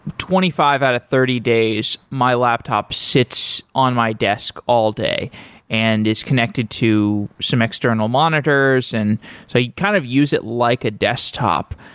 twenty five out of thirty days my laptop sits on my desk all day and is connected to some external monitors. and so you kind of use it like a desktop.